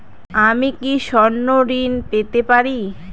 আমি কি স্বর্ণ ঋণ পেতে পারি?